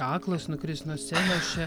aklas nukris nuo scenos čia